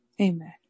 amen